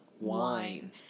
Wine